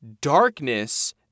darkness